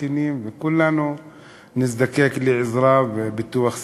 זקנים וכולנו נזדקק לעזרה ולביטוח סיעודי.